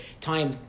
time